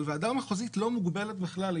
אבל ועדה מחוזית לא מוגבלת בכלל.